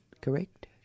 correct